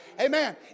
Amen